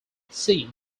see